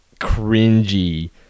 cringy